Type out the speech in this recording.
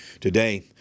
Today